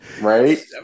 Right